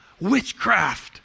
witchcraft